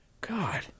God